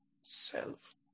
self